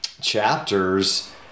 chapters